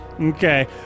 Okay